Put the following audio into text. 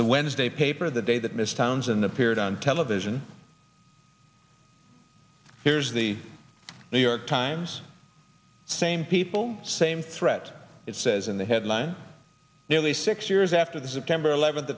the wednesday paper the day that ms townsend appeared on television here's the new york times same people same threat it says in the headline nearly six years after the september eleventh